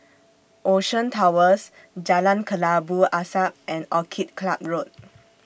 Ocean Towers Jalan Kelabu Asap and Orchid Club Road